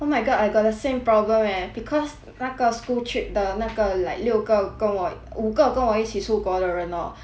oh my god I got the same problem eh because 那个 school trip 的那个 like 六个跟我五个跟我一起出国的人 orh